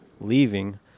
leaving